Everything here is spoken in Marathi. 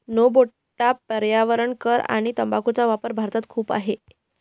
नो बेटा पर्यावरण कर आणि तंबाखूचा वापर भारतात खूप आहे